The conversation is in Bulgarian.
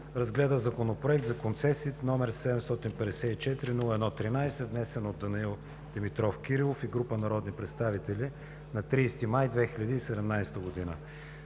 разгледа Законопроект за концесиите, № 754-01-13, внесен от Данаил Димитров Кирилов и група народни представители на 30 май 2017 г.